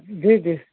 जी जी